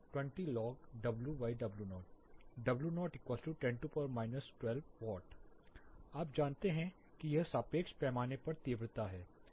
Lw20log WW0 W010 12W आप जानते हैं कि यह सापेक्ष पैमाने पर तीव्रता है